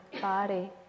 body